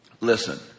Listen